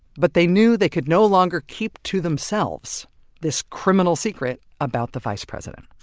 but they knew they could no longer keep to themselves this criminal secret about the vice president